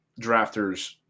drafters